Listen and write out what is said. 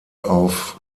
auf